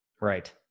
Right